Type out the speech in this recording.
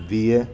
वीह